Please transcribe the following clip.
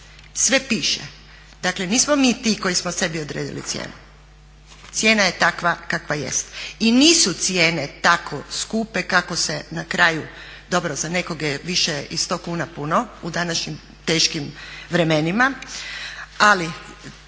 sve piše. Dakle nismo mi ti koji smo sebi odredili cijenu, cijena je takva kakva jest i nisu cijene tako skupe kako se na kraju, dobro za nekog je više i 100 kuna puno u današnjim teškim vremenima, ali